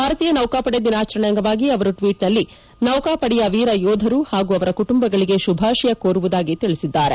ಭಾರತೀಯ ನೌಕಾಪಡೆ ದಿನಾಚರಣೆ ಅಂಗವಾಗಿ ಅವರು ಟ್ವೀಟ್ನಲ್ಲಿ ನೌಕಾಪಡೆಯ ವೀರ ಯೋಧರು ಹಾಗೂ ಅವರ ಕುಟುಂಬಗಳಿಗೆ ಶುಭಾಶಯ ಕೋರುವುದಾಗಿ ತಿಳಿಸಿದ್ದಾರೆ